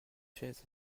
chaises